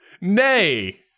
nay